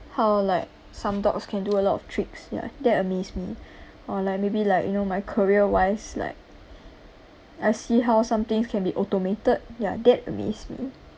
how like some dogs can do a lot of tricks ya that amaze me or like maybe like you know my career wise like I see how some things can be automated ya that amaze me